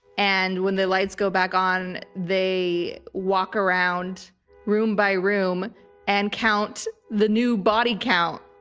and when the lights go back on, they walk around room by room and count the new body count.